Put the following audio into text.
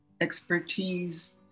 expertise